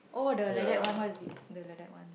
oh the like that one what is it the like that one